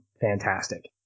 fantastic